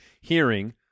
hearing